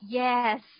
yes